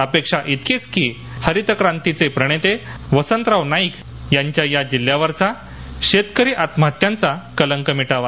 अपेक्षा इतकीच की हरित क्रांतीचे प्रणेते वसंतराव नाईक यांच्या या जिल्ह्यावरचा शेतकरी आत्महत्यांचा कलंक मिटावा